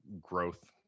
growth